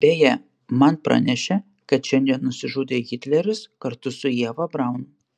beje man pranešė kad šiandien nusižudė hitleris kartu su ieva braun